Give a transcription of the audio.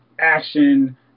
action